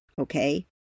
okay